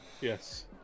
Yes